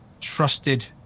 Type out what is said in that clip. trusted